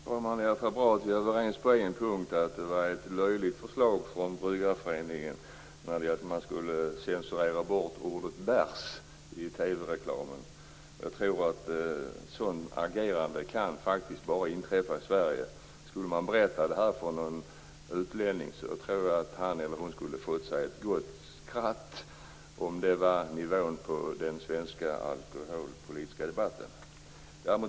Fru talman! Det är bra att vi är överens på en punkt, dvs. att det var ett löjligt förslag att Bryggareföreningen skulle censurera bort ordet "bärs" i TV reklamen. Jag tror att ett sådant agerande bara kan inträffa i Sverige. Om man skulle berätta det för någon utlänning tror jag att han eller hon skulle få sig ett gott skratt, om det var nivån på den svenska alkoholpolitiska debatten.